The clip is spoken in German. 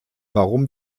warum